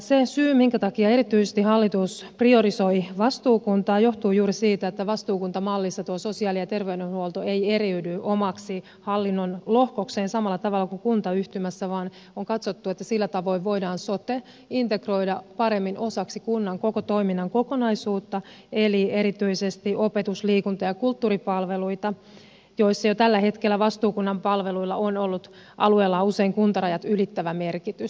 se syy minkä takia hallitus erityisesti priorisoi vastuukuntaa on juuri se että vastuukuntamallissa tuo sosiaali ja terveydenhuolto ei eriydy omaksi hallinnonlohkokseen samalla tavalla kuin kuntayhtymässä vaan on katsottu että sillä tavoin voidaan sote integroida paremmin osaksi kunnan koko toiminnan kokonaisuutta eli erityisesti opetus liikunta ja kulttuuripalveluita joissa jo tällä hetkellä vastuukunnan palveluilla on ollut alueella usein kuntarajat ylittävä merkitys